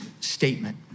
statement